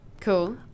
cool